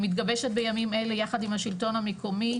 מתגבשת בימים אלה יחד עם השלטון המקומי,